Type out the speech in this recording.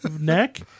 neck